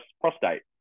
prostate